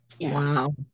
wow